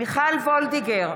מיכל וולדיגר,